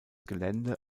gelände